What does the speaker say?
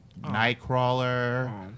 Nightcrawler